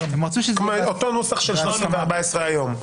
כלומר, אותו נוסח של 13 ו-14 היום.